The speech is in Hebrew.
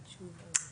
בבקשה.